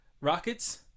rockets